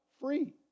Free